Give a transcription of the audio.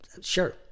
Sure